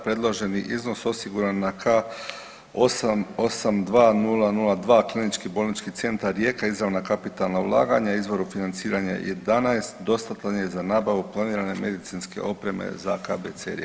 Predloženi iznos osiguran na K882002 Klinički bolnički centar Rijeka, Izravna kapitalna ulaganja, Izvoru financiranja 11, dostatan je za nabavu planirane medicinske opreme za KBC Rijeka.